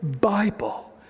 Bible